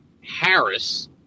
Harris